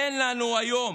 אין לנו היום